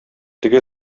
теге